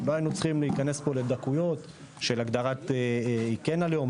לא היינו צריכים להיכנס פה לדקויות של הגדרת כן הלאום,